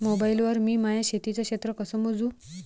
Mobile वर मी माया शेतीचं क्षेत्र कस मोजू?